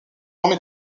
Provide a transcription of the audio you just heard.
formé